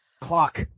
Clock